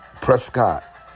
Prescott